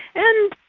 and,